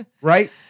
Right